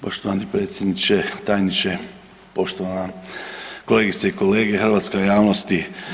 Poštovani predsjedniče, tajniče, poštovane kolegice i kolege, hrvatska javnosti.